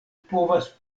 povas